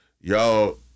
Y'all